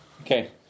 Okay